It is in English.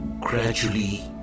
Gradually